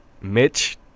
Mitch